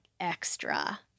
extra